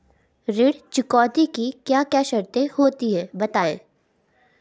ऋण चुकौती की क्या क्या शर्तें होती हैं बताएँ?